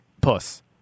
puss